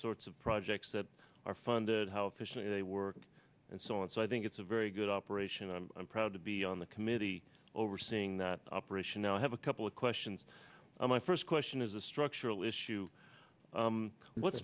sorts of projects that are funded how efficient they work and so on and so i think it's a very good operation i'm proud to be on the committee overseeing that operation i have a couple of questions on my first question is a structural issue what